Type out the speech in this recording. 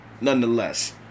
Nonetheless